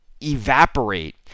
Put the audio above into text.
evaporate